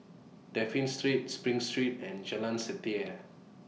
Dafne Street SPRING Street and Jalan Setia